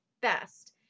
best